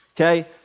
Okay